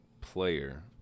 player